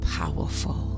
powerful